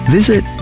Visit